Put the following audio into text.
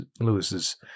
Lewis's